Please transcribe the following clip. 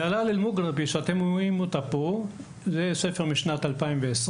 ג׳ - זה ספר משנת - 2020,